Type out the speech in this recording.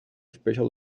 special